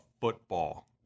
football